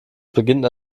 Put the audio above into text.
beginnt